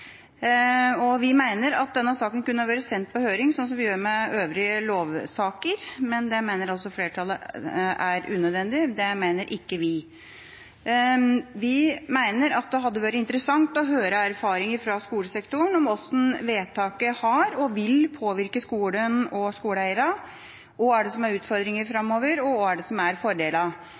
Vi mener at denne saka kunne vært sendt på høring slik som vi gjør med øvrige lovsaker, men det mener altså flertallet er unødvendig. Det mener ikke vi. Vi mener at det hadde vært interessant å høre erfaringer fra skolesektoren om hvordan vedtaket har påvirket og vil påvirke skolen og skoleeierne, hva som er utfordringene framover, og hva som er